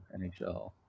NHL